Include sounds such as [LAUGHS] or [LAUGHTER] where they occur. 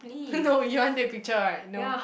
[LAUGHS] no you want take picture right no